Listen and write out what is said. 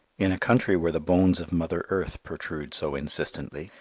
in a country where the bones of mother earth protrude so insistently,